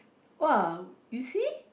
!wah! you see